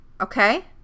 Okay